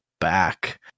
back